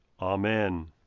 Amen